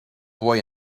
boy